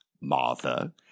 Martha